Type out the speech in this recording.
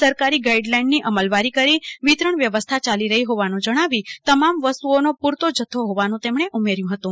સરકારી ગાઈડલાઈનની અમલવારી કરી વિતરણ વ્યવસ્થા ચાલી રહી હોવાનું જણાવી તમામ વસ્તુઓનો પુરતો જથ્થો હોવાનું તેમણે ઉમેર્યું હતું છે